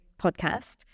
podcast